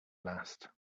last